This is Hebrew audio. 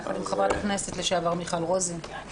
הובלתי את זה ביחד עם חברת הכנסת לשעבר מיכל רוזין.